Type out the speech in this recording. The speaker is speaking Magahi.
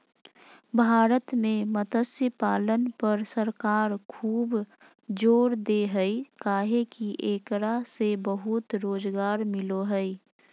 भारत में मत्स्य पालन पर सरकार खूब जोर दे हई काहे कि एकरा से बहुत रोज़गार मिलो हई